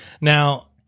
Now